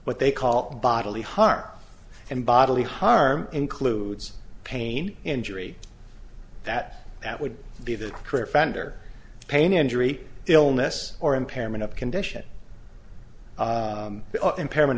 what they call bodily harm and bodily harm includes pain injury that that would be the career fender pain injury illness or impairment of condition impairment